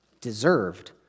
deserved